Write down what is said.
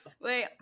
wait